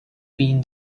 been